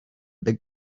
big